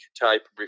type